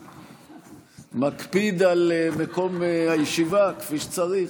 מקפיד על מקום הישיבה כפי שצריך.